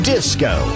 Disco